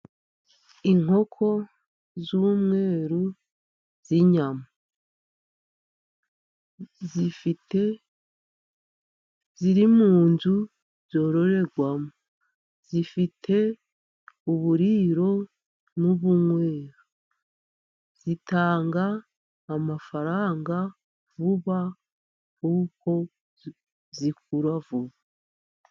Inkoko z'umweru z'inyama ziri mu nzu zororerwamo zifite uburiro n'ubunywero. Zitanga amafaranga vuba kuko zikura vuba.